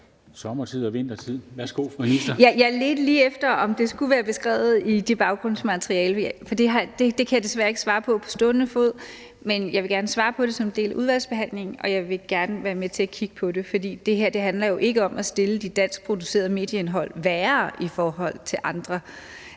Jeg ledte lige efter, om det skulle være beskrevet i det baggrundsmateriale, for det kan jeg desværre ikke svare på på stående fod. Men jeg vil gerne svare på det som en del af udvalgsbehandlingen, og jeg vil gerne være med til at kigge på det. For det her handler jo ikke om at stille det danskproducerede medieindhold værre i forhold til andet